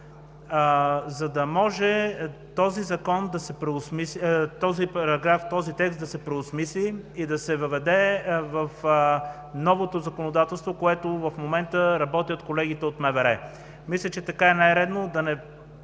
за да може този текст да се преосмисли и да се въведе в новото законодателство, което в момента работят колегите от МВР. Мисля, че така е най-редно.